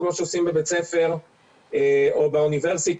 כמו שעושים בבית ספר או באוניברסיטה,